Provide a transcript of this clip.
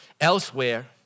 elsewhere